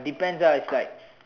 depends lah if like